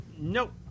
Nope